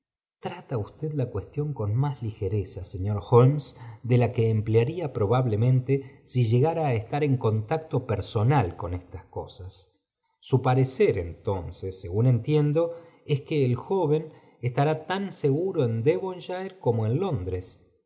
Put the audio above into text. trata usted la guestión con más ligereza señor holmes de la que emplearía probablemente si llegara á estar en contacto personal con estas cosas su parecer entonces según entiendo es que el joven estará tan seguro en devonshire como en londres